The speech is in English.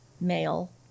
male